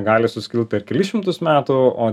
gali suskilt per kelis šimtus metų o